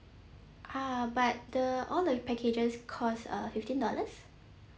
ah but the all the packages cost uh fifteen dollars